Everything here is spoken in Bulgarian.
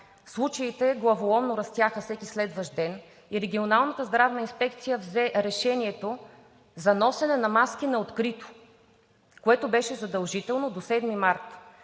случаите главоломно растяха всеки следващ ден и Регионалната здравна инспекция взе решението за носене на маски на открито, което беше задължително до 7 март,